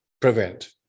prevent